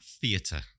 theatre